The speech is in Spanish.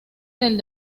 del